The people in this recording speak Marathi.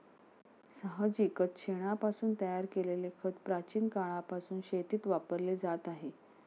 साहजिकच शेणापासून तयार केलेले खत प्राचीन काळापासून शेतीत वापरले जात आहे